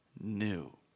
new